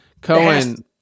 Cohen